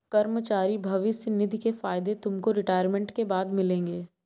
कर्मचारी भविष्य निधि के फायदे तुमको रिटायरमेंट के बाद मिलेंगे